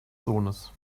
sohnes